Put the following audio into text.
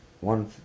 one